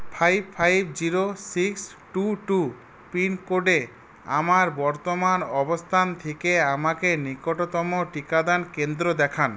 five five zero six two two পিনকোডে আমার বর্তমান অবস্থান থেকে আমাকে নিকটতম টিকাদান কেন্দ্র দেখান